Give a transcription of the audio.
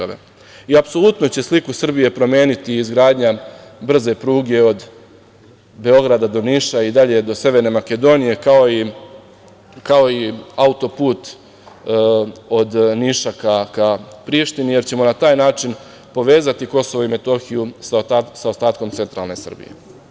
Apsolutno će sliku Srbije promeniti izgradnja brze pruge od Beograda do Niša i dalje do Severne Makedonije, kao i autoput od Niša ka Prištini, jer ćemo na taj način povezati KiM sa ostatkom centralne Srbije.